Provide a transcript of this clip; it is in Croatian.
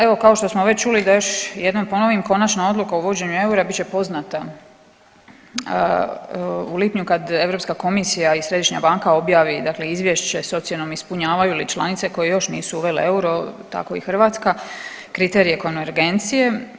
Evo, kao što smo već čuli, da još jednom ponovit, konačna odluka o uvođenju eura bit će poznata u lipnju kad EU komisija i Središnja banka objavi, dakle izvješće s ocjenom ispunjavaju li članice koje još nisu uvele euro, tako i Hrvatska, kriterije konvergencije.